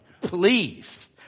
Please